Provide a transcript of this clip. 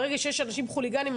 ברגע שיש אנשים חוליגנים,